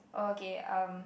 okay um